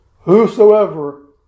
Whosoever